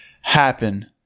happen